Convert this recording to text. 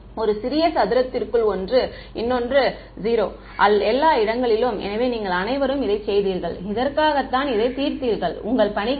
ஒரு சிறிய சதுரத்திற்குள் ஒன்று இன்னொன்று 0 எல்லா இடங்களிலும் எனவே நீங்கள் அனைவரும் இதைச் செய்தீர்கள் இதற்காகத்தான் இதை தீர்த்தீர்கள் உங்கள் பணிகளில்